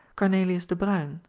cornelius de bruyn,